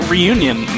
Reunion